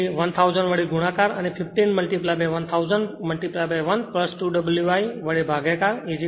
તેથી 1000 વડે ગુણાકાર અને 15 1000 1 2 W i વડે ભાગાકાર 0